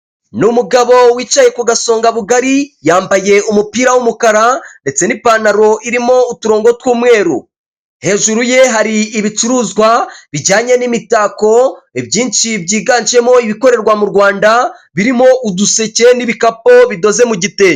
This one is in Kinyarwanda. Ni umugabo wicaye ku gasongabugari, yambaye umupira w'umukara ndetse n'ipantaro irimo uturongo tw'umweru. Hejuru ye hari ibicuruzwa bijyanye n'imitako, ibyinshi byiganjemo ibikorerwa mu Rwanda birimo uduseke, n'ibikapu bidoze mu gitenge.